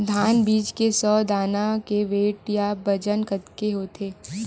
धान बीज के सौ दाना के वेट या बजन कतके होथे?